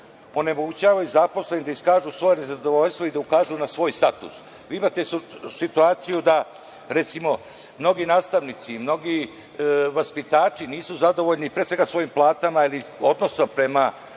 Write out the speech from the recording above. onemogućavaju zaposleni da iskažu svoje nezadovoljstvo i da ukažu na svoj status. Vi imate situaciju da, recimo, mnogi nastavnici, mnogi vaspitači nisu zadovoljni pre svega svojim platama ili odnosom prema